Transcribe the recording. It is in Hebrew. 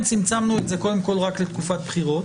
לכן, צמצמנו את זה קודם כול רק לתקופת בחירות,